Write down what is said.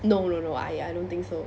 no no no I I don't think so